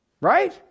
Right